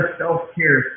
self-care